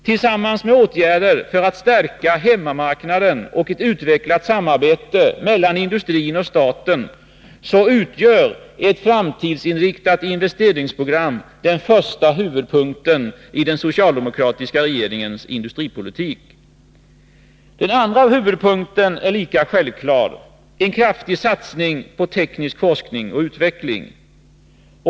Tillsammans med åtgärder för att stärka hemmamarknaden och ett utvecklat samarbete mellan industrin och staten utgör ett framtidsinriktat investeringsprogram den första huvudpunkten i den socialdemokratiska regeringens industripolitik. Den andra huvudpunkten är lika självklar: En kraftig satsning på teknisk forskning och utveckling.